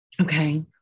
Okay